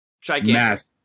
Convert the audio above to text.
Gigantic